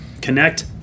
connect